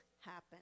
happen